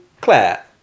Claire